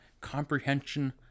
comprehension